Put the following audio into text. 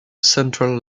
central